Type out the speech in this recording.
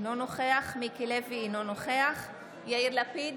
אינו נוכח מיקי לוי, אינו נוכח יאיר לפיד,